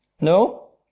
No